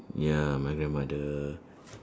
ya my grandmother